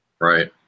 Right